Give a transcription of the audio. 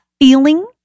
feeling